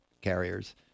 carriers